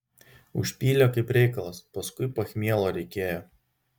užpylė kaip reikalas paskui pachmielo reikėjo